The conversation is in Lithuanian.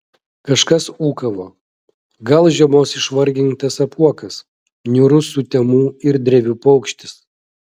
kažkas ūkavo gal žiemos išvargintas apuokas niūrus sutemų ir drevių paukštis